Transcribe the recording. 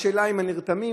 השאלה אם לנתרמים,